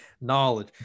Knowledge